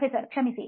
ಪ್ರೊಫೆಸರ್ಕ್ಷಮಿಸಿ